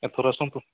ଏଥର ଆସନ୍ତୁ